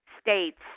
states